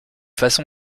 façon